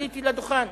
עליתי לדוכן,